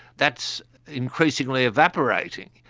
that's increasingly evaporating,